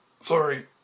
sorry